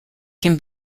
can